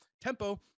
Tempo